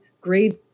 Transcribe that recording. grade